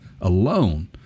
alone